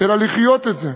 אלא לחיות את זה,